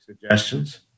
suggestions